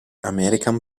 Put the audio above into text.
american